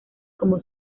como